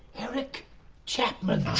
eric chapman.